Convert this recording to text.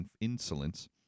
insolence